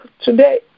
today